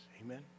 Amen